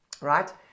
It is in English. right